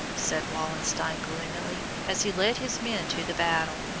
said wallenstein gloomily, as he led his men to the battle.